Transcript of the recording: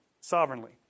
sovereignly